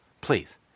please